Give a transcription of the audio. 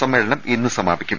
സമ്മേളനം ഇന്ന് സമാപിക്കും